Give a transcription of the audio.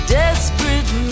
desperate